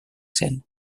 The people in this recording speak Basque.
zen